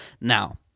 Now